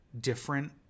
different